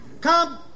Come